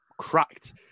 cracked